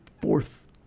fourth